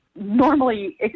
normally